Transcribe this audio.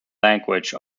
language